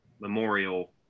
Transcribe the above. Memorial